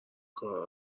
کارها